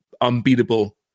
unbeatable